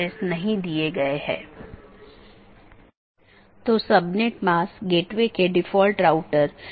3 अधिसूचना तब होती है जब किसी त्रुटि का पता चलता है